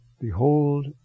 Behold